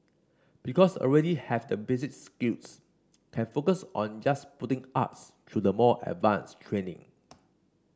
because already have the basic skills can focus on just putting us through the more advanced training